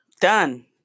Done